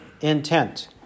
intent